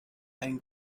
and